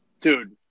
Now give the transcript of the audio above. Dude